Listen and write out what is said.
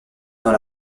dans